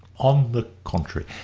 on the contrary,